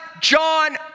John